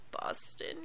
Boston